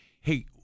hey